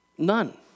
None